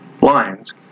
lines